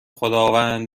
خداوند